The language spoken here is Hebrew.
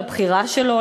לבחירה שלו,